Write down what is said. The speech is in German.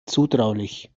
zutraulich